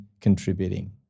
contributing